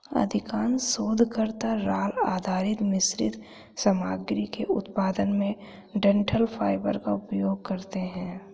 अधिकांश शोधकर्ता राल आधारित मिश्रित सामग्री के उत्पादन में डंठल फाइबर का उपयोग करते है